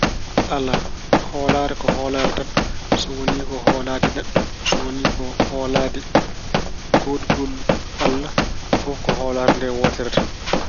Alaa, hooraare ko hooraare tan. So woni ko hoolaade neɗɗo, so woni ko hoolaade ngoodgol Allah. Fof ko hoolaare nde wootere tan.